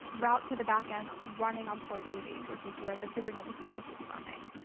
route to the back end running on port eighty, which is where the kubernetes service is running.